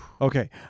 Okay